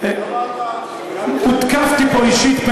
מי תקף אותך אישית?